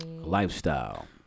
Lifestyle